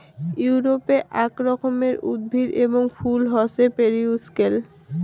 ইউরোপে আক রকমের উদ্ভিদ এবং ফুল হসে পেরিউইঙ্কেল